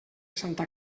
santa